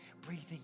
breathing